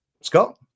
Scott